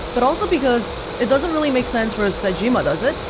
but also because it doesn't really make sense for ah sejima, does it?